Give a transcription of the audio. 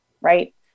Right